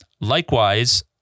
Likewise